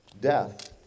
death